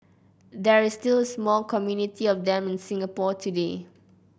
there is still a small community of them in Singapore today